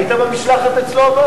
אבל היית במשלחת אצלו?